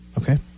Okay